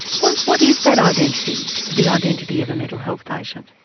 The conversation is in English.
what what is that identity, the identity of a mental health patient?